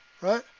right